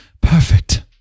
perfect